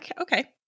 Okay